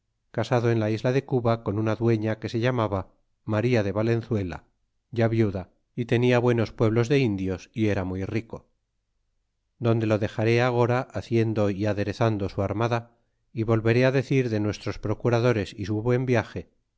casado en la isla de cuba con una dueña que se llamaba maria de valenzuela ya viuda y tenia buenos pueblos de indios y era muy rico donde lo dexaré agora haciendo y aderezando su armada y volveré decir de nuestros procuradores y su buen viage